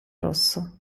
rosso